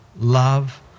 love